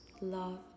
love